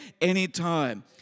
anytime